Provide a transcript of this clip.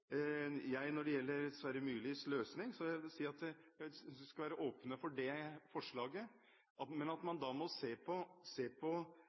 gjelder Sverre Myrlis løsning, vil jeg si at jeg synes vi skal være åpne for det forslaget, men at man da må se på